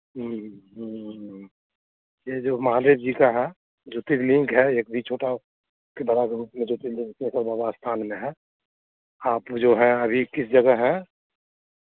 ह्म्म ह्म्म ह्म्म ये जो महादेव जी का है ज्योतिर्लिंग है एक भी छोटा के बाबा के रूप में ज्योतिर्लिंग सिंहेश्वर बाबा स्थान में है आप जो हैं अभी किस जगह है